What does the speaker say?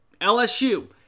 LSU